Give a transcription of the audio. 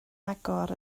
agor